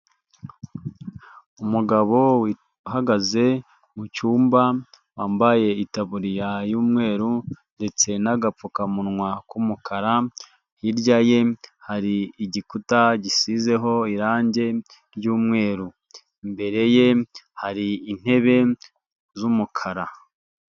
Umugabo uhagaze mu cyumba wambaye itaburiya y'umweru ndetse n'agapfukamunwa k'umukara, hirya ye hari igikuta gisizeho irange ry'umweru, imbere ye hari intebe z'umukara.